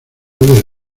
del